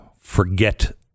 Forget